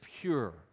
pure